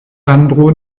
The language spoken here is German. sandro